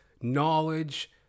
knowledge